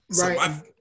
right